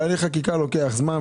אבל הליך חקיקה לוקח זמן,